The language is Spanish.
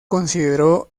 consideró